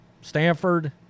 Stanford